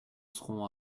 serons